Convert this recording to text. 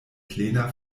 plena